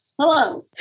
hello